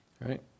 right